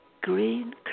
green